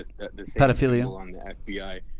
Pedophilia